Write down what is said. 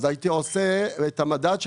אז הייתי עושה את המדד,